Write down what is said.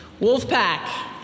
Wolfpack